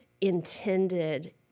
intended